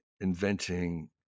inventing